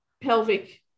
pelvic